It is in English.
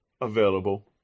available